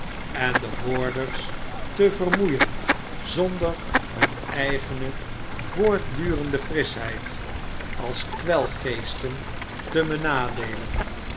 en de hoarders te vermoeien zonder hun eigene voortdurende frischheid als kwelgeesten te benadeelen